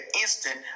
instant